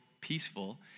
peaceful